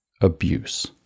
Abuse